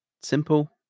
simple